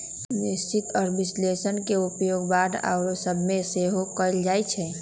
निश्चित आऽ विश्लेषण के उपयोग बांड आउरो सभ में सेहो कएल जाइ छइ